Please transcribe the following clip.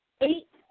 eight